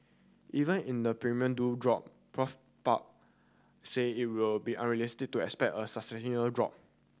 even in the premium do drop Prof Park say it will be unrealistic to expect a drop